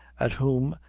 at whom,